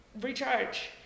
recharge